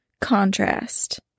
contrast